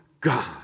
God